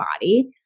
body